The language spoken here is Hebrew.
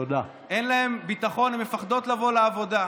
אין להם ביטחון, הם מפחדים לבוא לעבודה.